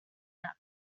that